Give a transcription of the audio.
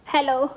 Hello